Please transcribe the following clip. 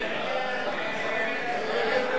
מי נמנע?